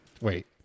wait